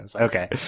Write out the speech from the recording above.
Okay